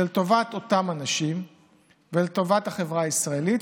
זה לטובת אותם אנשים ולטובת החברה הישראלית,